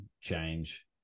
change